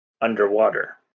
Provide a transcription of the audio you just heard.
underwater